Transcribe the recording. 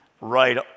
right